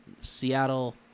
seattle